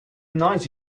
nice